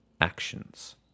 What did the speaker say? actions